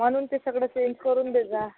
म्हणून ते सगळं चेंज करून दे